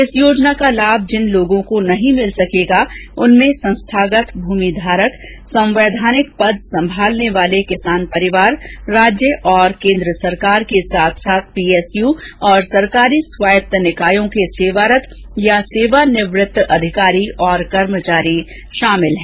इस योजना का लाभ जिन लोगों को नहीं मिल सकेगा उनमें संस्थागत भूमि धारक संवैधानिक पद संभालने वाले किसान परिवार राज्य और केन्द्र सरकार के साथ साथ पीएसयू और सरकारी स्वायत्त निकायों के सेवारत या सेवानिवृत्त अधिकारी और कर्मचारी शामिल हैं